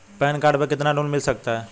Pan card पर कितना loan मिल सकता है?